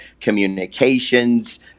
communications